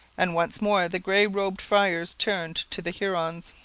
and once more the grey-robed friars turned to the hurons.